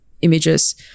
images